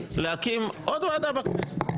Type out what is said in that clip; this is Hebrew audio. מציע להקים עוד ועדה בכנסת.